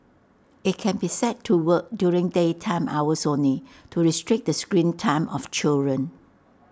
IT can be set to work during daytime hours only to restrict the screen time of children